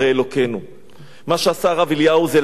מה שעשה הרב אליהו זה להגן על תושבי עירו.